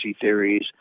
theories